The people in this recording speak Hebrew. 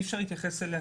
אי אפשר להתייחס אליה